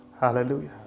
Hallelujah